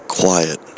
quiet